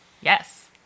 yes